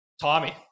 Tommy